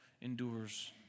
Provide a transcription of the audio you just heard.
endures